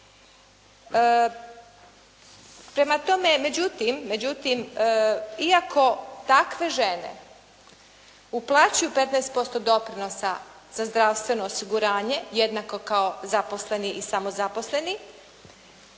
međutim iako takve žene uplaćuju 15% doprinosa za zdravstveno osiguranje, jednako kao zaposleni i samozaposleni,